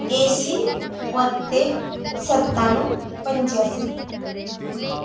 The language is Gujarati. એંશી બોત્તેર સત્તાનું પંચ્યાસી હા